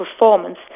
performance